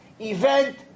Event